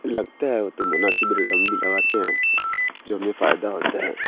لگتا ہے وہ تو مناسب ریٹ ہم بھی لگاتے ہیں جو ہمیں فائدہ ہوتا ہے